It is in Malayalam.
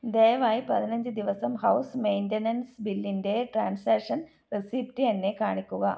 ദയവായി പതിനഞ്ച് ദിവസം ഹൗസ് മെയിൻ്റനൻസ് ബില്ലിൻ്റെ ട്രാൻസാക്ഷൻ റെസീപ്റ്റ് എന്നെ കാണിക്കുക